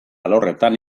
alorretan